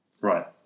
right